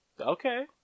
Okay